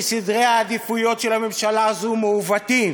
כי סדרי העדיפויות של הממשלה הזאת מעוותים,